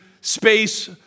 space